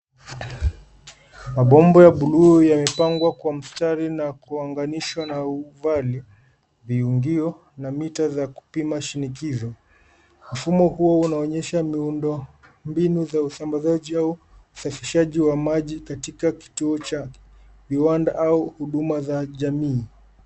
Mapomba ya blue yamepangwa Kwa mstari na kuunganishwa na uvali viungio na Mita za kupima shinigizo. Mfumo huo unaonyesha miundo mbinu za usambazaji au usafishaji wa maji katika kituo cha kiwanda huduma za jamii.